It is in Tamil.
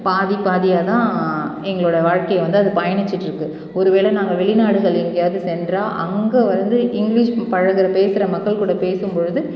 பாதி பாதியாக தான் எங்களோடய வாழ்க்கையை வந்து அது பயணிச்சுட்ருக்கு ஒருவேளை நாங்கள் வெளிநாடுகள் எங்கேயாது சென்றால் அங்கே வந்து இங்கிலீஷ் பழகுகிற பேசுற மக்கள் கூட பேசும்பொழுது